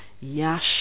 Yash